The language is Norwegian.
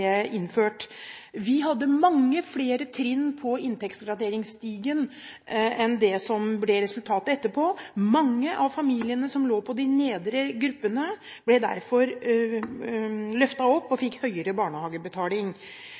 innført. Vi hadde mange flere trinn på inntektsgraderingsstigen enn det som ble resultatet etterpå. Mange av familiene som lå i de nedre inntektsgruppene ble derfor løftet opp og fikk høyere barnehagebetaling.